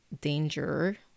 danger